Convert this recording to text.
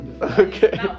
Okay